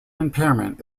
impairment